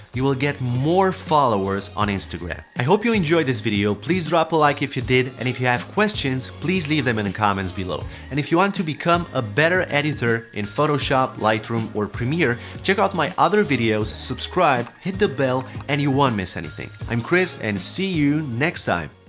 you will get more followers on instagram! i hope you enjoyed this video, please drop a like if you did, and if you have questions, please leave them in the comments below. and if you want to become a better editor in photoshop, lightroom or premiere check out my other videos, subscribe, hit the bell and you won't miss anything. i'm criss and see you next time!